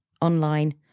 online